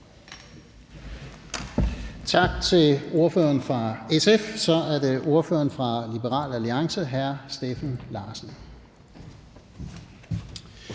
Tak til ordføreren for SF. Så er det ordføreren for Liberal Alliance, hr. Steffen Larsen.